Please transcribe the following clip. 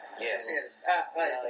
Yes